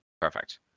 Perfect